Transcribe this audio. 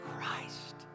Christ